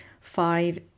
Five